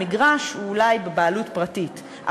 המגרש הוא אולי בבעלות פרטית,